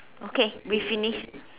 okay we finish